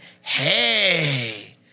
hey